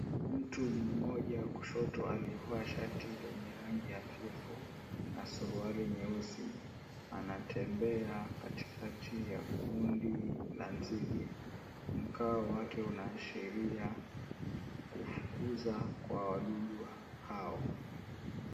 Mtu mmoja kushoto aliyevaa shati lenye rangi ya hafifu na suruali nyeusi, anatembea katikati ya kundi la nzige. Mkao wake unaashiria kufukuza kwa wadudu hao.